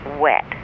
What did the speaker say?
wet